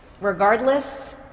regardless